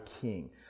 King